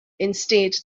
instead